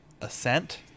ascent